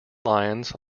lions